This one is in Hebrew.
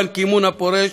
באן קי-מון הפורש,